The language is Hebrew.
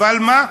אבל מה?